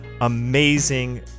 amazing